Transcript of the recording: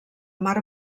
mar